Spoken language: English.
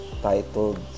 Titled